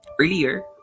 earlier